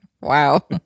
Wow